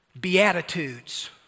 beatitudes